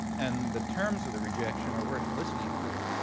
and the terms of the rejection are worth listening to.